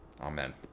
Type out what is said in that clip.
Amen